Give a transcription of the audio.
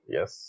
Yes